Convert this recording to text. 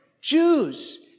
Jews